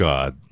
God